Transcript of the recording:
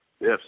Yes